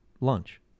lunch